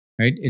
right